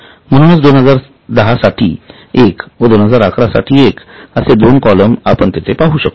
म्हणून २०१० साठी एक व २०११ साठी एक असे दोन कॉलम आपण तेथे पाहू शकतो